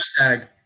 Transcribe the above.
hashtag